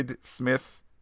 smith